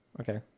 Okay